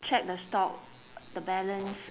check the stock the balance